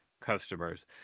customers